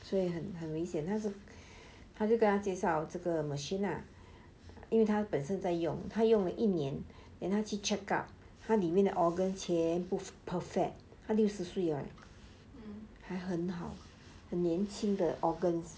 所以很很危险他就跟他介绍这个 machine lah 因为他本身在用他用了一年 then 他去 checkup 他里面的 organ 全部 perfect 他六十岁了 leh 还很好很年轻的 organs